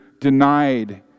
denied